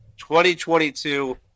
2022